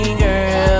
girl